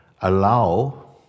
allow